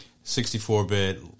64-bit